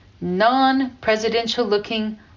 non-presidential-looking